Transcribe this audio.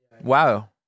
wow